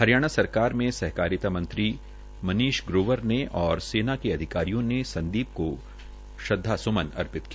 हरियाणा सरकार से सहकारिता राज्य मंत्री मनीष ग्रोवर ने और सेना के अधिकारियों ने संदीप को श्रदवास्मन अर्पित किया